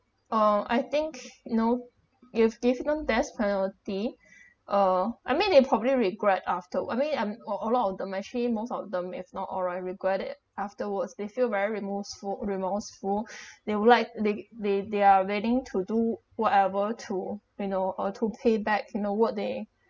uh I think you know if give them deaths penalty uh I mean they probably regret after I mean I'm a a lot of them actually most of them if not all right regret it afterwards they feel very remorseful remorseful they would like they they they are willing to do whatever to you know uh to pay back you know what they